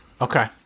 Okay